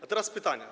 A teraz pytania.